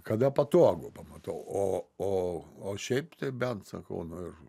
kada patogu pamatau o o o šiaip tai bent sakau nu ir